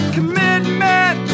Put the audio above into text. Commitment